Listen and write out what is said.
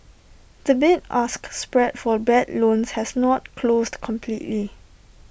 the bid ask spread for bad loans has not closed completely